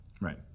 Right